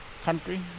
country